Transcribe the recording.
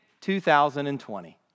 2020